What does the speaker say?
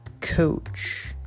Coach